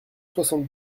soixante